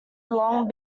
long